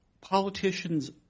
Politicians